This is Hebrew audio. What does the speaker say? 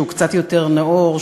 שהוא קצת יותר נאור,